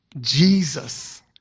Jesus